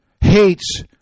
hates